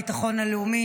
הביטחון הלאומי,